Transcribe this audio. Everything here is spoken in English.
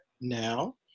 now